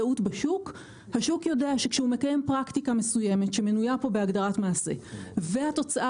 השוק יודע שכשהוא מקיים פרקטיקה מסוימת שמנויה בהגדרת מעשה שהתוצאה